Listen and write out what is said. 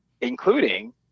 including